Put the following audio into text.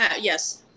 yes